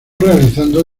realizando